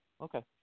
Okay